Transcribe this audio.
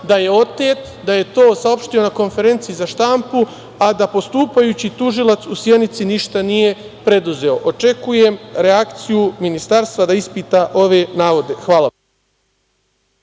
da je otet, da je to saopštio na konferenciji za štampu, a da je postupajući tužilac u Sjenici ništa nije preduzeo. Očekujem reakciju Ministarstva, da ispita ove navode. Hvala.